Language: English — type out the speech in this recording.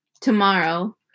tomorrow